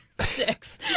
six